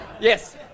Yes